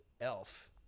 Elf